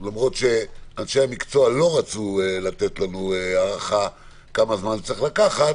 למרות שאנשי המקצוע לא רצו לתת לנו הערכה כמה זמן זה צריך לקחת